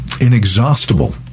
inexhaustible